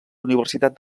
universitat